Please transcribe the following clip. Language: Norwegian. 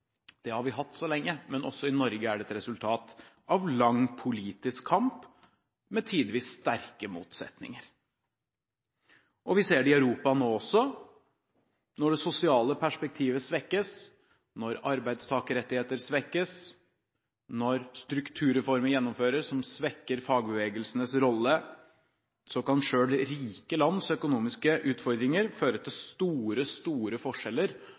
har vi hatt så lenge, men også i Norge er det et resultat av lang politisk kamp med tidvis sterke motsetninger. Vi ser det i Europa nå også. Når det sosiale perspektivet svekkes, når arbeidstakerrettigheter svekkes, når strukturreformer som svekker fagbevegelsenes rolle, gjennomføres, kan selv rike lands økonomiske utfordringer føre til store, store forskjeller